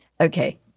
Okay